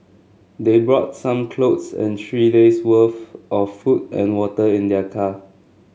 they brought some clothes and three days worth of food and water in their car